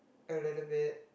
a little bit